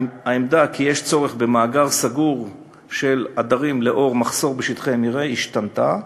העמדה כי יש צורך במאגר סגור של עדרים לאור מחסור בשטחי מרעה השתנתה,